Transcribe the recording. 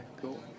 cool